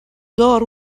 door